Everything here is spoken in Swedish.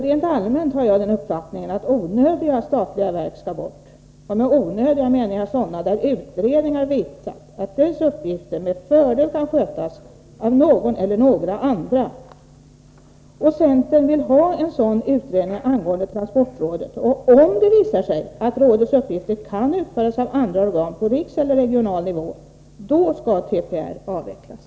Rent allmänt har jag uppfattningen att onödiga statliga verk skall bort. Med onödiga menar jag sådana verk där utredningar visat att deras uppgifter med fördel kan skötas av någon eller några andra. Centern vill ha en sådan utredning angående transportrådet. Om det visar sig att rådets uppgifter kan utföras av andra organ på riksnivå eller regional nivå, då kan TPR avvecklas.